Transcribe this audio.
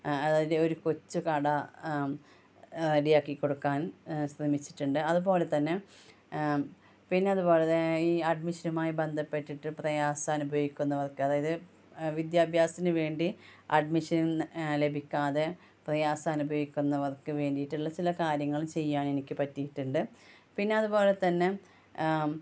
അതിൽ ഒരു കൊച്ചു കട റെഡിയാക്കി കൊടുക്കാൻ ശ്രമിച്ചിട്ടുണ്ട് അതുപോലെ തന്നെ പിന്നെ അതുപോലെ ഈ അഡ്മിഷനുമായി ബന്ധപ്പെട്ടിട്ട് പ്രയാസം അനുഭവിക്കുന്നവർക്ക് അതായത് വിദ്യാഭ്യാസത്തിനുവേണ്ടി അഡ്മിഷൻ ലഭിക്കാതെ പ്രയാസം അനുഭവിക്കുന്നവർക്കു വേണ്ടിയിട്ടുള്ള ചില കാര്യങ്ങൾ ചെയ്യാൻ എനിക്കു പറ്റിയിട്ടുണ്ട് പിന്നെ അത് പോലെതന്നെ